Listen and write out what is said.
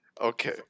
Okay